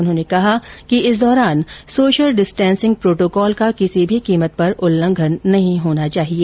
उन्होंने कहा कि इस दौरान सोशल डिस्टेसिंग प्रोटोकॉल का किसी भी कीमत पर उल्लंघन नहीं होना चाहिए